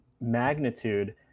magnitude